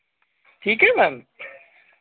ठीक है मैम